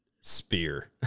spear